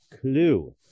clue